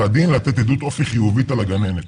הדין לתת עדות אופי חיובית על הגננת.